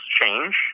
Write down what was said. change